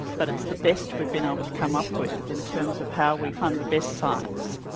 but it's the best we've been able to come up with in terms of how we fund the best science.